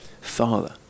Father